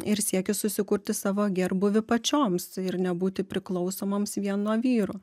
ir siekis susikurti savo gerbūvį pačioms ir nebūti priklausomoms vien nuo vyrų